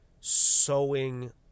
sowing